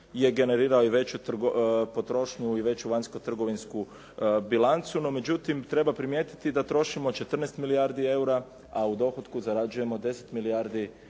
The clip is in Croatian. je generirao i veću potrošnju i veću vanjsko-trgovinsku bilancu. No međutim, treba primijetiti da trošimo 14 milijardi eura, a u dohotku zarađujemo 10 milijardi